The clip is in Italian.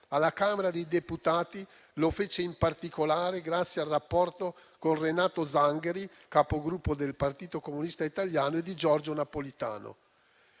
Alla Camera dei deputati lo fece in particolare grazie al rapporto con Renato Zangheri, Capogruppo del Partito Comunista Italiano, e di Giorgio Napolitano.